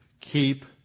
keep